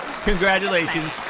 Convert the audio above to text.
congratulations